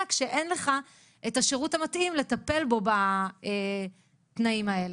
כשאין לך את השירות המתאים לטפל בו בתנאים האלה.